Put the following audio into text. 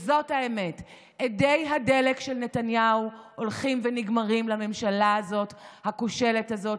וזאת האמת: אדי הדלק של נתניהו הולכים ונגמרים לממשלה הכושלת הזאת,